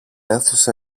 αίθουσα